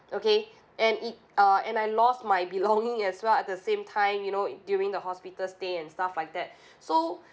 okay and it uh and I lost my belonging as well at the same time you know during the hospital stay and stuff like that so